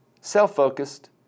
Self-focused